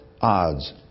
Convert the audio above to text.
odds